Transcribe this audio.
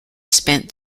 spent